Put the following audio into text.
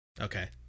Okay